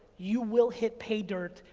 you will hit pay dirt,